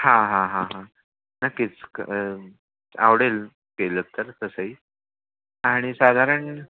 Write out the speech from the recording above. हा हा हा हा नक्कीच क आवडेल केलं तर तसही आणि साधारण